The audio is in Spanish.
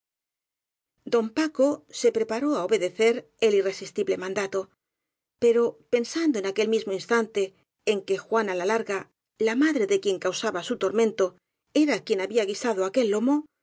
don paco se preparó á obedecer el irresistible mandato pero pensando en aquel mismo instante en que juana la larga la madre de quien causaba su tormento era quien había guisado aquel lomo